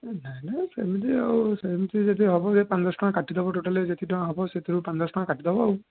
ନାଇଁ ନାଇଁ ସେମିତି ଆଉ ସେମିତି ଯଦି ହେବ ଏ ପାଞ୍ଚ ଦଶଟଙ୍କା କାଟିଦେବ ଟୋଟାଲି ଯେତିକି ଟଙ୍କା ହେବ ସେଥିରୁ ପାଞ୍ଚ ଦଶଟଙ୍କା କାଟିଦେବ